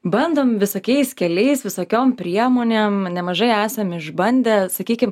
bandom visokiais keliais visokiom priemonėm nemažai esam išbandę sakykim